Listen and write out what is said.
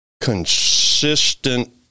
consistent